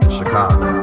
Chicago